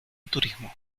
turismo